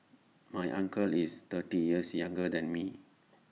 my uncle is thirty years younger than me